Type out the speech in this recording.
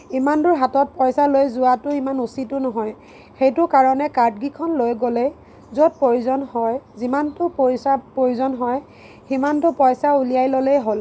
ইমান দূৰ হাতত পইচা লৈ যোৱাটো ইমান উচিতো নহয় সেইটো কাৰণে কাৰ্ডকেইখন লৈ গ'লে য'ত প্ৰয়োজন হয় যিমানটো পইচা প্ৰয়োজন হয় সিমানটো পইচা উলিয়াই ল'লেই হ'ল